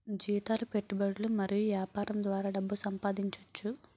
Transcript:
జీతాలు పెట్టుబడులు మరియు యాపారం ద్వారా డబ్బు సంపాదించోచ్చు